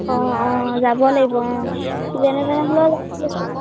অঁ অঁ যাব লাগিব অঁ যেনে তেনে হ'লেও যাব লাগিব